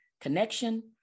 Connection